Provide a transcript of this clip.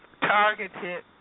targeted